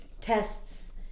tests